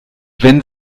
wenn